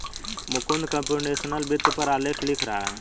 Mukund computational वित्त पर आलेख लिख रहा है